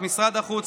משרד החוץ,